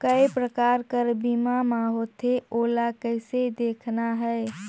काय प्रकार कर बीमा मा होथे? ओला कइसे देखना है?